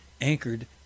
anchored